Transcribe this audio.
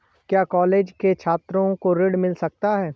क्या कॉलेज के छात्रो को ऋण मिल सकता है?